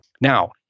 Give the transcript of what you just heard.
Now